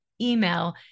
email